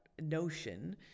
notion